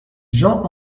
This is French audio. jean